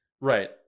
Right